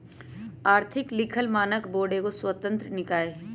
आर्थिक लिखल मानक बोर्ड एगो स्वतंत्र निकाय हइ